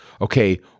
Okay